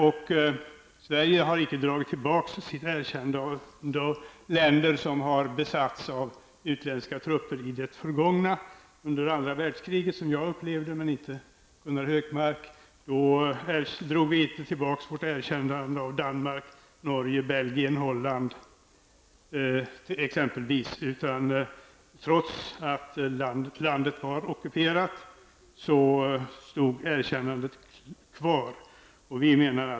Sverige har aldrig dragit tillbaka sitt erkännande av de länder som i det förgångna besattes av utländska trupper. Under det andra världskriget som jag, men inte Gunnar Hökmark, upplevde drog vi inte tillbaka vårt erkännande av Danmark, Norge, Belgien eller Holland. Trots att dessa länder var ockuperade stod erkännandet kvar.